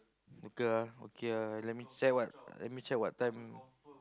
local ah okay ah let me check what let me check what time